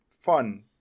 fun